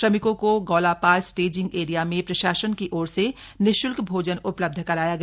श्रमिकों को Gaulapar staging area मे प्रशासन की ओर से निश्ल्क भोजन उपलब्ध कराया गया